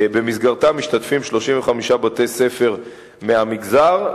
ובמסגרתה משתתפים 35 בתי-ספר מהמגזר.